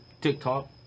TikTok